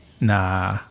nah